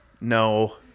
No